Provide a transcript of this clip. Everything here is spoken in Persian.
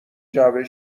جعبه